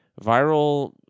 Viral